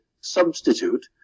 substitute